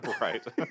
Right